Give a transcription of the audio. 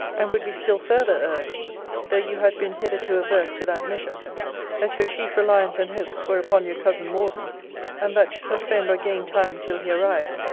and would be still further urged though you had been hitherto averse to that measure that your chief reliance and hopes were upon your cousin morden and that to suspend or gain time till he arrived,